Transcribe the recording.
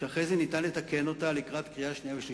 נתניהו הבטיח